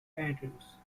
andrews